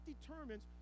determines